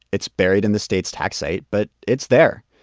it's buried in the state's tax site, but it's there.